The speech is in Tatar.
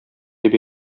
дип